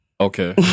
Okay